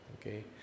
Okay